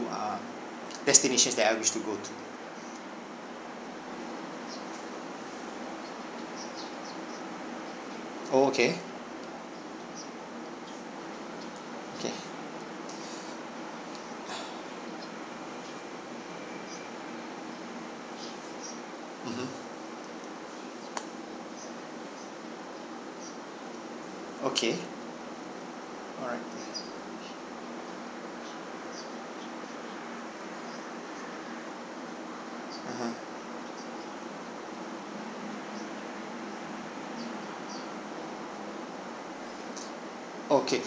uh destinations that I wish to go to okay okay mmhmm okay alright (uh huh) okay